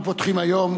אנחנו פותחים היום,